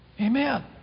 Amen